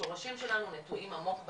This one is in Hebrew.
השורשים שלנו נטועים עמוק באדמה.